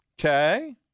Okay